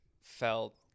felt